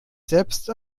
selbst